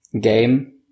game